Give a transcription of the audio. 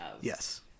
yes